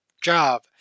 job